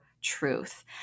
truth